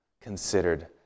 considered